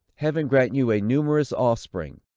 heaven grant you a numerous offspring!